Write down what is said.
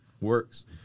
Works